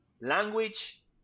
language